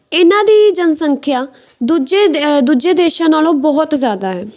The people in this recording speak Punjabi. ਇਹਨਾਂ ਦੀ ਜਨਸੰਖਿਆ ਦੂਜੇ ਦੂਜੇ ਦੇਸ਼ਾਂ ਨਾਲੋਂ ਬਹੁਤ ਜ਼ਿਆਦਾ ਹੈ